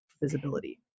visibility